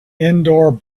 indoor